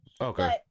okay